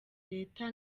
leta